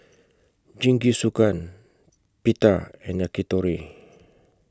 Jingisukan Pita and Yakitori